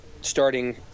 starting